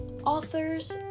authors